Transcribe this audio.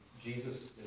Jesus